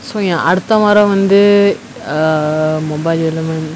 so ya அடுத்த முறை வந்து:adutha murai vanthu err mobile element